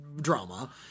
drama